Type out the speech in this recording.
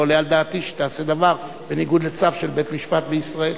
לא עולה על דעתי שתעשה דבר בניגוד לצו של בית-משפט בישראל.